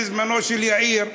בזמנו של יאיר,